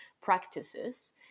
practices